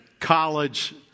college